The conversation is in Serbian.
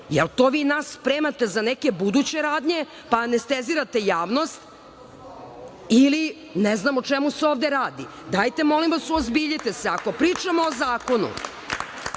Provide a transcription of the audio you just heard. vi to nas spremate za neke buduće radnje, pa anestezirate javnost ili ne znam o čemu se ovde radi? Dajte, molim vas, uozbiljite se. Ako, pričamo o zakonu,